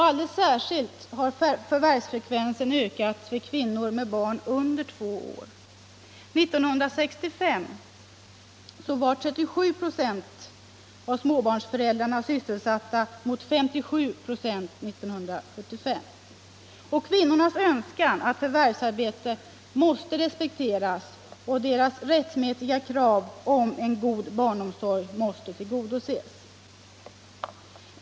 Alldeles särskilt har förvärvsfrekvensen ökat för kvinnor med barn under två år. 1965 var 37 "u av småbarnsmödrarna sysselsatta mot 57 96 1975. Kvinnornas önskan att förvärvsarbeta måste respekteras, och deras rättmätiga krav på en god barnomsorg måste tillgodoses.